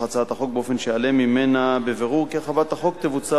הצעת החוק באופן שיעלה ממנה באופן ברור כי הרחבת החוק תבוצע